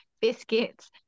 Biscuits